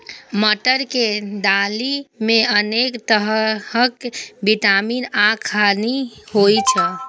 मटर के दालि मे अनेक तरहक विटामिन आ खनिज होइ छै